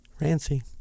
Rancy